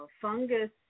fungus